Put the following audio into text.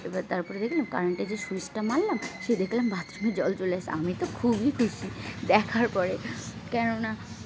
এবার তারপরে দেখলাম কারেন্টে যে সুইচটা মারলাম সে দেখলাম বাথরুমে জল চলে আসছে আমি তো খুবই খুশি দেখার পরে কেননা